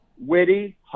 witty